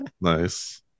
Nice